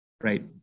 right